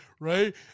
right